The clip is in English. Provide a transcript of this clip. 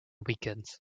weekends